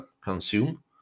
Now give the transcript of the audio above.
consume